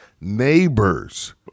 neighbor's